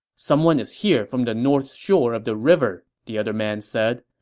someone is here from the northern shore of the river, the other man said.